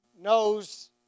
knows